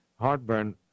heartburn